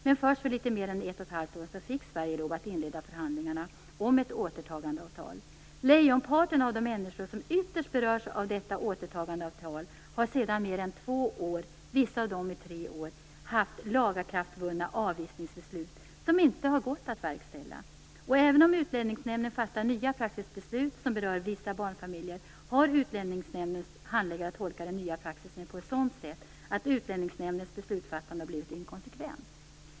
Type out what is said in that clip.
Men först för litet mer än ett och ett halvt år sedan fick Sverige lov att inleda förhandlingarna om ett återtagandeavtal. Lejonparten av de människor som ytterst berörs av detta återtagandeavtal har sedan mer än två år, vissa i tre år, haft lagakraftvunna avvisningsbeslut, som inte har gått att verkställa. Även om Utlänningsnämnden fattar nya praxisbeslut som berör vissa barnfamiljer har Utlänningsnämndens handläggare att tolka den nya praxisen på ett sådant sätt att Utlänningsnämndens beslutsfattande har blivit inkonsekvent.